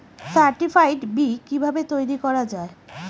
Certified বি কিভাবে তৈরি করা যায়?